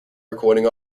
recording